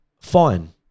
Fine